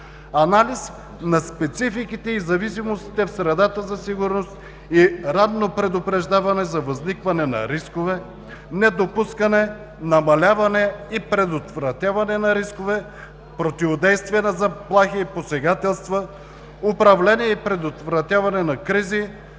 анализ на спецификите и зависимостите в средата за сигурност и ранно предупреждаване за възникване на рискове, недопускане, намаляване и предотвратяване на рискове, противодействие на заплахи и посегателства, управление и предотвратяване на кризи,